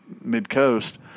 mid-coast